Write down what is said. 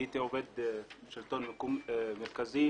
הייתי עובד השלטון המרכזי